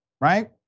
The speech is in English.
right